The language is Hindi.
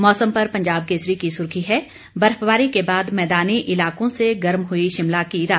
मौसम पर पंजाब केसरी की सुर्खी है बर्फबारी के बाद मैदानी इलाकों से गर्म हुई शिमला की रातें